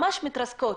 ממש מתרסקות.